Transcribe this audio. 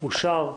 אושר.